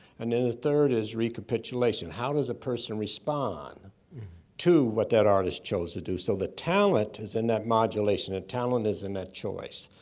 and then the third is recapitulation. how does a person respond to what that artist chose to do? so the talent is in that modulation, and talent is in that choice.